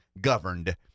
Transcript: governed